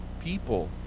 people